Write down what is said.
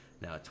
Now